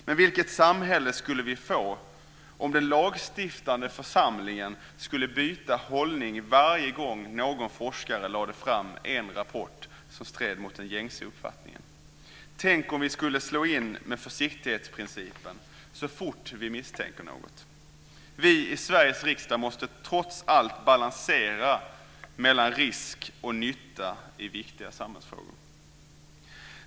Men vilket samhälle skulle vi få om den lagstiftande församlingen skulle byta hållning varje gång någon forskare lade fram en rapport som stred mot den gängse uppfattningen? Tänk om vi skulle slå in med försiktighetsprincipen så fort vi misstänker något! Vi i Sveriges riksdag måste trots allt balansera mellan risk och nytta i viktiga samhällsfrågor.